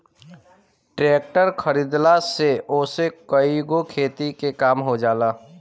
tractor खरीदला से ओसे कईगो खेती के काम हो जाला